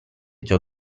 ciò